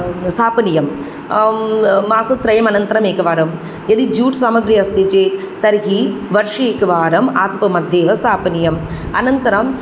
स्थापनीयं मासत्रयम् अनन्तरं एकवारं यदि जूट् सामग्रि अस्ति चेत् तर्हि वर्षे एकवारम् आतपमध्ये एव स्थापनीयम् अनन्तरम्